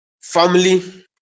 family